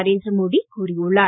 நரேந்திர மோடி கூறியுள்ளார்